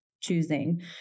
choosing